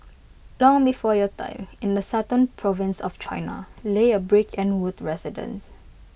long before your time in the southern province of China lay A brick and wood residence